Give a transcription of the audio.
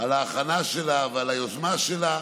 ההכנה שלה ועל היוזמה שלה.